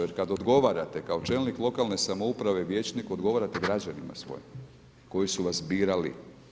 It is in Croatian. Jer kad odgovarate kao čelnik lokalne samouprave vijećnik, odgovarate građanima svojim koji su vas birali.